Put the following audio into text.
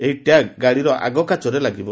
ଏହି ଟ୍ୟାଗ୍ ଗାଡ଼ିର ଆଗ କାଚରେ ଲାଗିବ